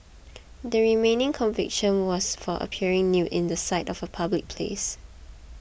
the remaining conviction was for appearing nude in sight of a public place